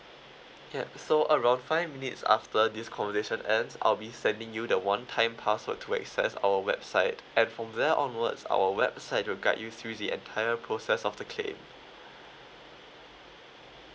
yup so around five minutes after this conversation ends I'll be sending you the one time password to access our website and from there onwards our website will guide you through the entire process of the claim